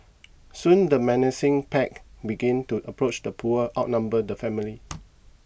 soon the menacing pack began to approach the poor outnumbered family